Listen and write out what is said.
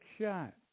shot